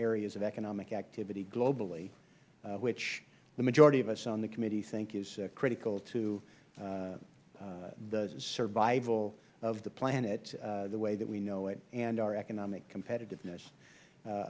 areas of economic activity globally which the majority of us on the committee think is critical to the survival of the planet the way that we know it and our economic competitiveness